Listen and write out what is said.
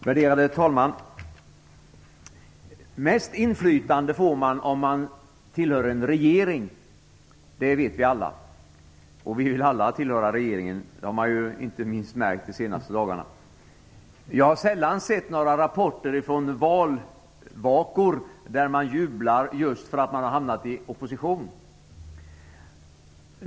Värderade talman! Mest inflytande får man om tillhör en regering. Det vet vi alla. Vi vill alla tillhöra regeringen. Det har märkts inte minst under de senaste dagarna. Jag har sällan sett några rapporter från valvakor där man jublar därför att man har hamnat i opposition.